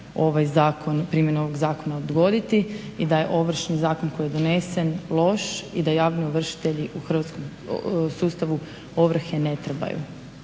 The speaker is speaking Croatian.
bilo da će primjena ovog zakona se odgoditi i da je Ovršni zakon koji je donesen loš i da javni ovršitelji u hrvatskom sustavu ovrhe ne trebaju.